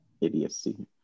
idiocy